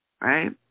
Right